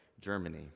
Germany